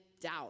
doubt